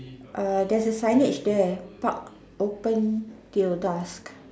err there's a signage there park open till dusk